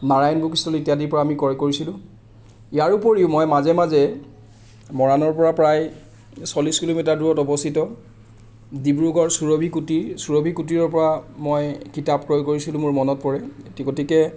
Narayan book stall ইত্যাদি পৰা আমি ক্ৰয় কৰিছিলোঁ ইয়াৰ ওপৰিও মই মাজে মাজে মৰাণৰ পৰা প্ৰায় চল্লিচ কিলোমিটাৰ দূৰত অৱস্থিত ডিব্ৰুগড় চুৰভি কুটীৰ চুৰভি কুটীৰৰ পৰা মই কিতাপ ক্ৰয় কৰিছিলোঁ মোৰ মনত পৰে গতিকে